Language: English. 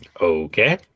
Okay